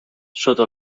sota